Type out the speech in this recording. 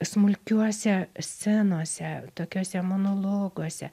smulkiuose scenose tokiose monologuose